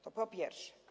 To po pierwsze.